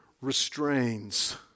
restrains